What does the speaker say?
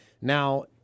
Now